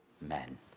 men